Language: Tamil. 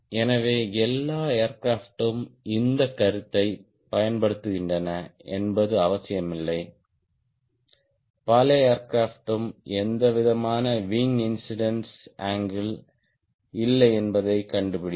எனவே எல்லா ஏர்கிராப்ட்ம் இந்த கருத்தை பயன்படுத்துகின்றன என்பது அவசியமில்லை பல ஏர்கிராப்ட்ம் எந்தவிதமான விங் இன்ஸிடென்ஸ் அங்கிள் இல்லை என்பதைக் கண்டுபிடிக்கும்